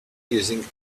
using